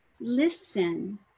listen